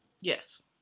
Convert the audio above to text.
Yes